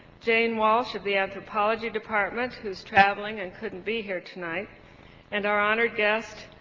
jane walsh of the anthropology department who's traveling and couldn't be here tonight and our honored guest,